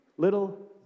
Little